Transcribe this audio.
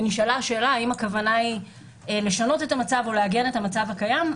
ונשאלה השאלה האם הכוונה היא לשנות את המצב או לעגן את המצב הקיים.